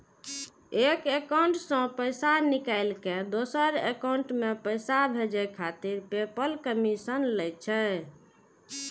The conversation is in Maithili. एक एकाउंट सं पैसा निकालि कें दोसर एकाउंट मे पैसा भेजै खातिर पेपल कमीशन लै छै